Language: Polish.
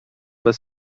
bez